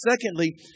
Secondly